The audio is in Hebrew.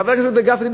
חבר הכנסת גפני,